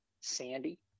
sandy